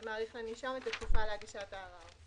זה מאריך לנישום את התקופה להגשת הערר.